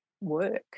work